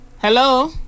Hello